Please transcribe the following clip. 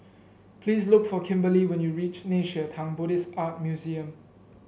please look for Kimberely when you reach Nei Xue Tang Buddhist Art Museum